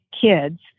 kids